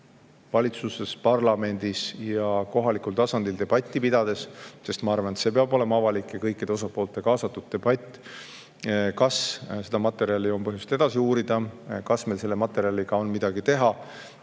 valitsuses, parlamendis ja kohalikul tasandil debatti pidades otsustada – sest ma arvan, et see peab olema avalik ja kõiki osapooli kaasav debatt –, kas seda materjali on põhjust edasi uurida, kas meil selle materjaliga on midagi teha